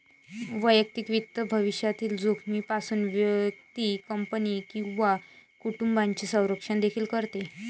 वैयक्तिक वित्त भविष्यातील जोखमीपासून व्यक्ती, कंपनी किंवा कुटुंबाचे संरक्षण देखील करते